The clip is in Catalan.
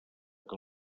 que